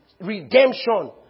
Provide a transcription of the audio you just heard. redemption